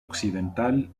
occidental